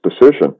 decision